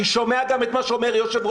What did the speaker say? אני חושב שהוא לא בסדר,